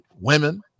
women